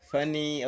Funny